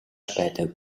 байдаг